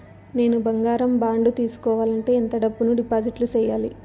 నేను బంగారం బాండు తీసుకోవాలంటే ఎంత డబ్బును డిపాజిట్లు సేయాలి?